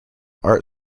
art